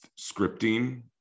scripting